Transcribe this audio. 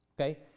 Okay